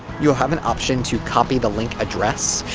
you will have an option to copy the link address,